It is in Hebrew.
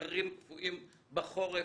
קפואים בחורף,